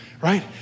right